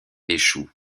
échoue